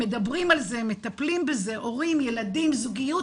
מדברים על זה, מטפלים בזה, הורים, ילדים, זוגיות.